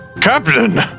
Captain